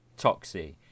Toxie